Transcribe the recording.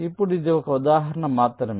ఇప్పుడు ఇది ఒక ఉదాహరణ మాత్రమే